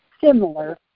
similar